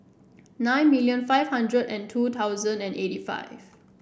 nine million five hundred and two thousand and eighty five